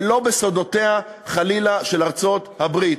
ולא חלילה בסודותיה של ארצות-הברית.